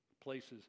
places